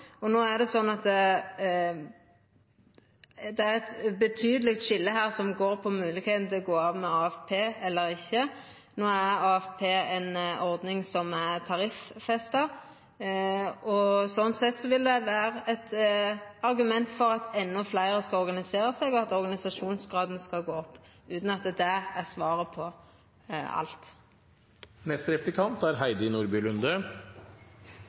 Det er eit betydeleg skilje her, som går på moglegheita til å gå av med AFP eller ikkje. No er AFP ei ordning som er tariff-festa. Sånn sett vil det vera eit argument for at endå fleire skal organisera seg, og at organisasjonsgraden skal gå opp – utan at det er svaret på alt. Vi diskuterer i dag som om det blir stadig flere – og at det er